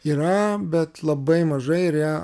yra bet labai mažai ir ją